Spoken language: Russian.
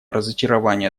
разочарование